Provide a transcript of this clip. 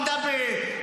רבותיי,